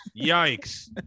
Yikes